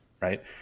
Right